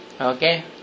Okay